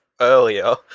earlier